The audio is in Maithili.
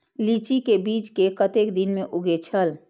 लीची के बीज कै कतेक दिन में उगे छल?